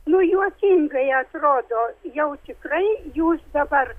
nu juokingai atrodo jau tikrai jūs dabar